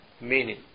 meaning